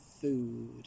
Food